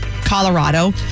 Colorado